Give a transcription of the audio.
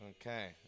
Okay